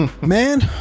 man